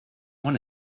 one